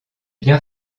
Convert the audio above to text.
bien